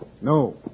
No